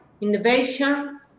innovation